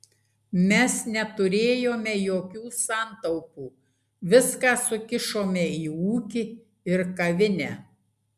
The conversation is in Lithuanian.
mes neturėjome jokių santaupų viską sukišome į ūkį ir kavinę